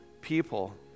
people